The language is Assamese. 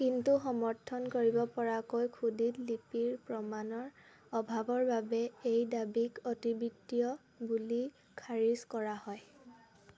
কিন্তু সমৰ্থন কৰিব পৰাকৈ খোদিত লিপিৰ প্ৰমাণৰ অভাৱৰ বাবে এই দাবীক অতিবৃত্তীয় বুলি খাৰিজ কৰা হয়